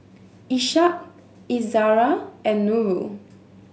Ishak Izzara and Nurul